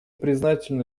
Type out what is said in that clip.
признательны